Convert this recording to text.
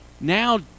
now